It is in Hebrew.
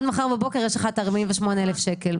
ועד מחר בבוקר יש לך את 48,000 השקל.